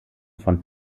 von